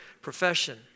profession